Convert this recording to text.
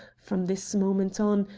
from this moment on,